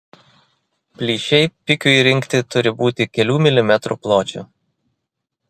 plyšiai pikiui rinkti turi būti kelių milimetrų pločio